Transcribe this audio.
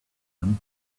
him